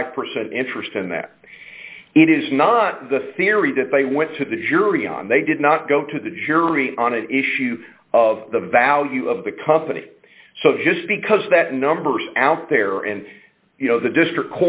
five percent interest and that it is not the theory that they went to the jury on they did not go to the jury on an issue of the value of the company so just because that number's out there and you know the district